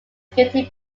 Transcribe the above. security